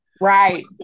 right